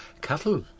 cattle